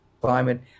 climate